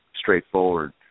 straightforward